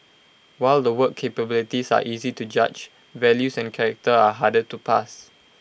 while the work capabilities are easy to judge values and character are harder to pass